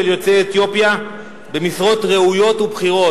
יוצאי אתיופיה במשרות ראויות ובכירות,